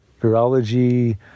virology